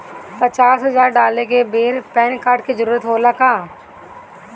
पचास हजार डाले के बेर पैन कार्ड के जरूरत होला का?